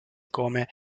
come